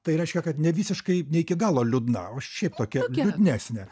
tai reiškia kad ne visiškai ne iki galo liūdna o šiaip tokia liūdnesnė